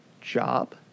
job